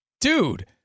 Dude